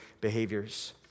behaviors